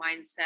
mindset